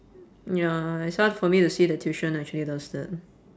ya it's hard for me to see that tuition actually does that